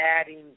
adding